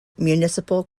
municipal